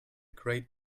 great